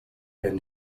been